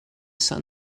sun